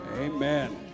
Amen